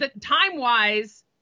time-wise